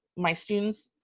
my students,